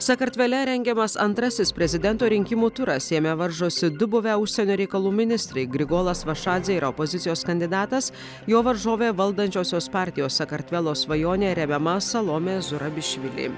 sakartvele rengiamas antrasis prezidento rinkimų turas jame varžosi du buvę užsienio reikalų ministrai grigolas vašadzė ir opozicijos kandidatas jo varžovė valdančiosios partijos sakartvelo svajonė remiama salomė surabišvili